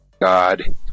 God